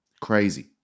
crazy